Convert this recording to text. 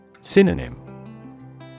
Synonym